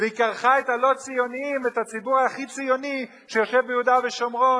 והיא כרכה את ה"לא ציונים" עם הציבור הכי ציוני שיושב ביהודה ושומרון,